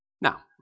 Now